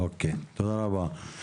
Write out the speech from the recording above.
אוקיי, תודה רבה.